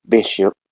Bishop